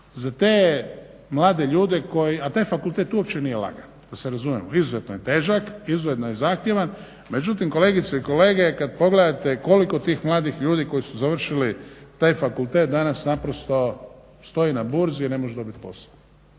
Za te mlade ljude, a taj fakultet uopće nije lagan, da se razumijemo, izuzetno je težak, izuzetno je zahtjevan. Međutim, kolegice i kolege kad pogledate koliko tih mladih ljudi koji su završili taj fakultet danas naprosto stoji na burzi jer ne može dobit posao.